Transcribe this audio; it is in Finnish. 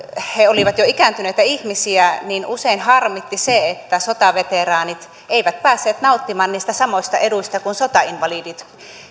he olivat jo ikääntyneitä ihmisiä niin usein harmitti se että sotaveteraanit eivät päässeet nauttimaan niistä samoista eduista kuin sotainvalidit